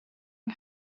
yng